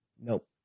nope